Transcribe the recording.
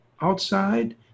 outside